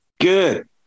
Good